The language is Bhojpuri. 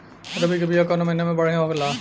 रबी के बिया कवना महीना मे बढ़ियां होला?